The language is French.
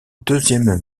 deuxième